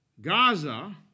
Gaza